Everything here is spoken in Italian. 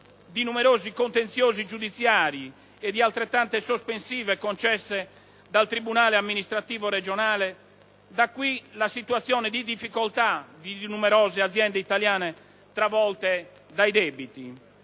di numerosi contenziosi giudiziari e di altrettante sospensive concesse dal Tribunale amministrativo regionale; da qui la situazione di difficoltà di numerose aziende italiane travolte dai debiti;